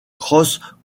cross